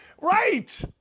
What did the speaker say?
right